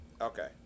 Okay